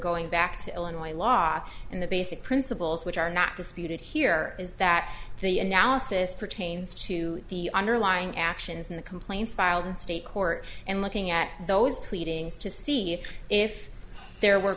going back to illinois law and the basic principles which are not disputed here is that the analysis pertains to the underlying actions in the complaints filed in state court and looking at those pleadings to see if there were